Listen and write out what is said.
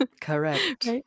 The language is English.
Correct